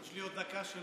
תודה.